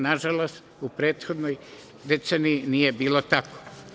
Nažalost, u prethodnoj deceniji nije bilo tako.